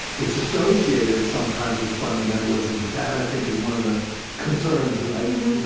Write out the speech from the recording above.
it's associated sometimes with fundamentalism, but that i think is one of ah concerns that i, you know,